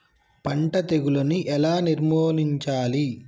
పంట తెగులుని ఎలా నిర్మూలించాలి?